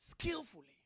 skillfully